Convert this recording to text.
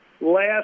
last